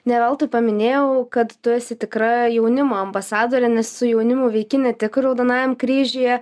ne veltui paminėjau kad tu esi tikra jaunimo ambasadorė nes su jaunimu veiki ne tik raudonajam kryžiuje